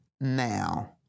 now